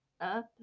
up